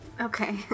Okay